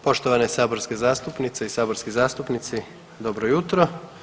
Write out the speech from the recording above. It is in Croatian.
Poštovane saborske zastupnice i saborski zastupnici dobro jutro.